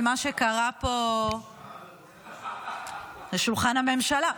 על מה שקרה פה ------ זה שולחן הממשלה.